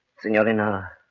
Signorina